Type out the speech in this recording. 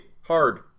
hard